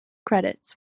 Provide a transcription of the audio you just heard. credits